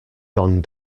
gone